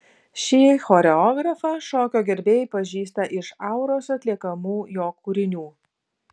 šį choreografą šokio gerbėjai pažįsta iš auros atliekamų jo kūrinių